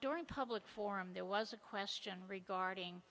during public forum there was a question regarding